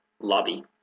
lobby